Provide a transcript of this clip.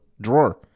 drawer